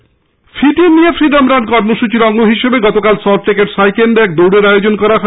fit India freedom run কর্মসূচির অঙ্গ হিসাবে গতকাল সল্টলেকের সাই কেন্দ্রে এক দৌড়ের আয়োজন করা হয়